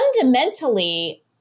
fundamentally